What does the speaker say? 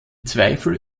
zweifel